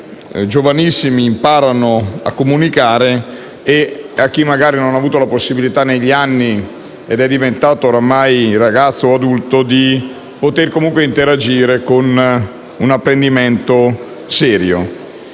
giovanissimi imparano a comunicare, e a chi magari non ne ha avuto la possibilità negli anni ed è diventato ormai adulto, di poter interagire con un apprendimento serio.